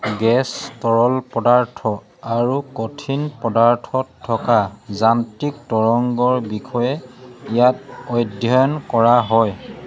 gas তৰল পদাৰ্থ আৰু কঠিন পদাৰ্থত থকা যান্ত্ৰিক তৰংগৰ বিষয়ে ইয়াত অধ্যয়ন কৰা হয়